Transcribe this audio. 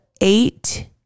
eight